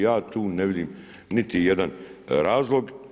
Ja tu ne vidim niti jedan razlog.